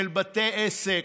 של בתי עסק,